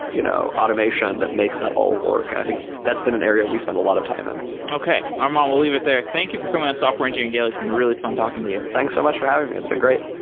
you know automation that makes that all work. i think that's been an area we spend a lot of time in okay. armon, um um we'll leave it there. thank you for coming on software engineering daily. it's been really fun talking to you thanks so much for having me. it's been great.